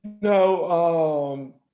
No